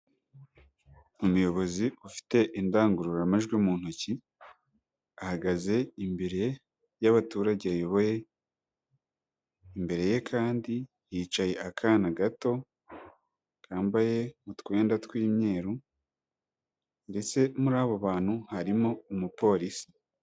Umuyobozi ufite indangururamajwi mu ntoki, ahagaze imbere y'abaturage ayoboye, imbere ye kandi hicaye akana gato, kambaye utwenda tw'imyeru ndetse muri abo bantu harimo umupolisi.